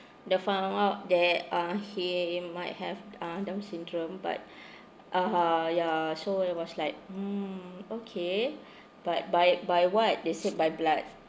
they found out that uh he might have uh down syndrome but (uh huh) ya so it was like mm okay but by by what they say by blood